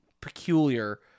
peculiar